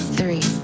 three